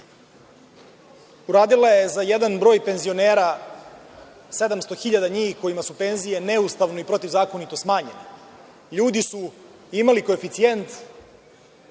uradila je za jedan broj penzionera, 700.000 njih kojima su penzije neustavno i protiv zakonito smanjene. Ljudi su imali koeficijent